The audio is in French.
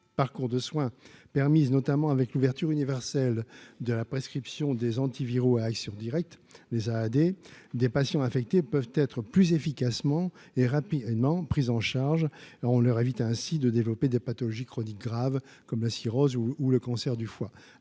parcours de soins permise notamment avec l'ouverture universelle de la prescription des antiviraux à action directe les à des des patients infectés peuvent être plus efficacement et rapidement prise en charge, on leur évite ainsi de développer des pathologies chroniques graves comme la cirrhose ou le cancer du foie